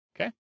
Okay